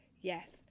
yes